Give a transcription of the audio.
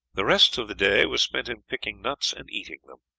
the rest of the day was spent in picking nuts and eating them.